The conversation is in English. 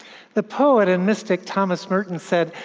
the poet and mystic thomas merton said,